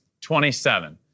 27